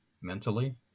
mentally